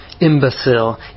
imbecile